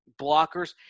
blockers